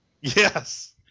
Yes